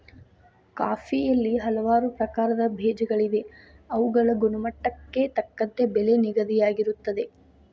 ಕಾಫಿಯಲ್ಲಿ ಹಲವಾರು ಪ್ರಕಾರದ ಬೇಜಗಳಿವೆ ಅವುಗಳ ಗುಣಮಟ್ಟಕ್ಕೆ ತಕ್ಕಂತೆ ಬೆಲೆ ನಿಗದಿಯಾಗಿರುತ್ತದೆ